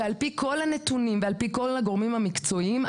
שעל פי כל הנתונים והגורמים המקצועיים,